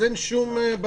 אז אין שום בקרה.